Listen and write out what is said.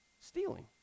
Stealing